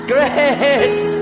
Grace